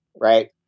right